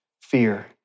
fear